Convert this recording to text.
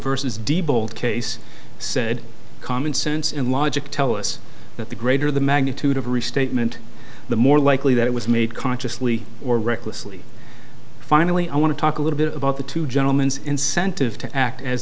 bolt case said common sense and logic tell us that the greater the magnitude of a restatement the more likely that it was made consciously or recklessly finally i want to talk a little bit about the two gentlemen's incentive to act as